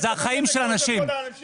אלה החיים של אנשים.